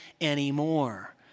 anymore